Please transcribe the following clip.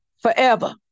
forever